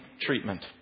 treatment